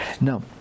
Now